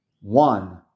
one